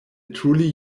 truly